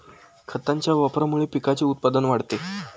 खतांच्या वापरामुळे पिकाचे उत्पादन वाढते